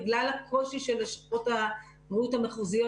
בגלל הקושי של לשכות הבריאות המחוזיות